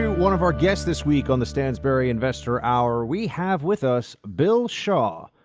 and one of our guests this week on the stansberry investor hour. we have with us bill shaw.